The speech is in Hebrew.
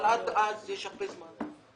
אבל עד אז יש הרבה זמן.